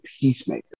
peacemaker